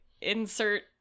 insert